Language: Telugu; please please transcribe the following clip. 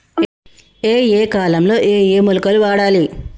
ఏయే కాలంలో ఏయే మొలకలు వాడాలి?